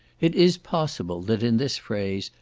it is possible that in this phrase,